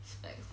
specs